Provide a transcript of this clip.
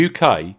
UK